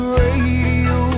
radio